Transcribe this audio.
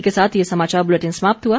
इसी के साथ ये समाचार बुलेटिन समाप्त हुआ